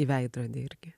į veidrodį irgi